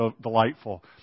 delightful